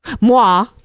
moi